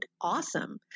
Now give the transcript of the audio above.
awesome